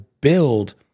build